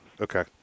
Okay